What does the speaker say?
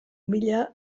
mila